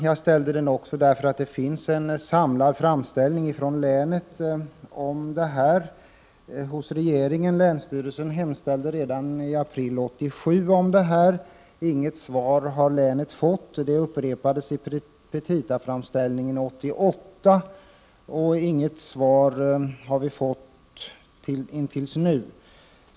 Jag ställde den också därför att det finns en samlad framställan från länet om detta till regeringen. Länsstyrelsen gjorde en hemställan redan i april 1987. Invånarna i länet har inte fått något svar. Önskemålet upprepades i petitaframställningen 1988, men man har inte fått något svar förrän nu.